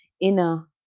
inner